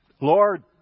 Lord